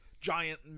giant